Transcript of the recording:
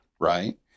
right